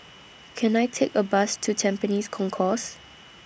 Can I Take A Bus to Tampines Concourse